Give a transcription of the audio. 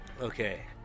Okay